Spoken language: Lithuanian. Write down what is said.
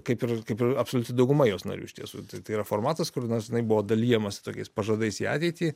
kaip ir kaip ir absoliuti dauguma jos narių iš tiesų tai yra formatas kur nors jinai buvo dalijamasi tokiais pažadais į ateitį